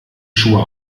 schuhe